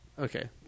Okay